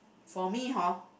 for me hor